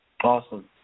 Awesome